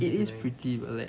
it is pretty like